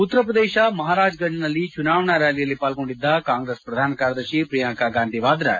ಉತ್ತರ ಪ್ರದೇಶ ಮಹಾರಾಜ್ ಗಂಜ್ನಲ್ಲಿ ಚುನಾವಣಾ ರ್ಯಾಲಿಯಲ್ಲಿ ಪಾಲ್ಗೊಂಡಿದ್ದ ಕಾಂಗ್ರೆಸ್ ಪ್ರಧಾನ ಕಾರ್ಯದರ್ಶಿ ಪ್ರಿಯಾಂಕಾ ಗಾಂಧಿ ವಾದ್ರಾ